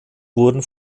wurden